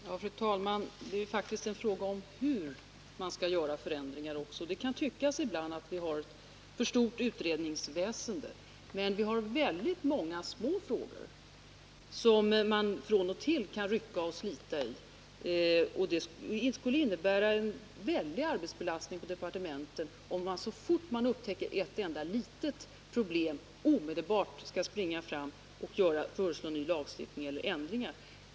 Fru talman! Det är faktiskt fråga om hur man skall göra förändringar också. Ibland kan det tyckas att vi har för stort utredningsväsende, men det finns oerhört många små frågor som man från och till kan rycka och slita i, och det skulle innebära en väldig arbetsbelastning på departementen, om man så fort man upptäckte ett enda litet problem omedelbart skulle springa fram och föreslå ny lagstiftning eller ändringar.